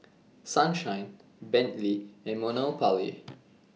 Sunshine Bentley and Monopoly